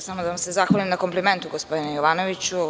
Samo da vam se zahvalim na komplimentu, gospodine Jovanoviću.